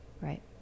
Right